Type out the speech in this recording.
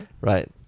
right